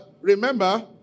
remember